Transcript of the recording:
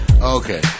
Okay